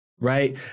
Right